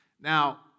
Now